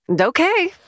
Okay